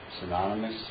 synonymous